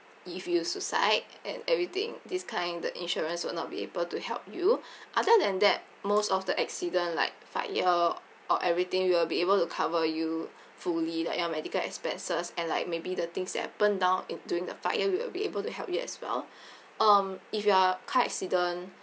if you suicide and everything this kind the insurance will not be able to help you other than that most of the accident like fire or everything we will be able to cover you fully like your medical expenses and like maybe the things that burn down in during the fire we will be able to help you as well um if you are car accident